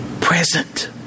present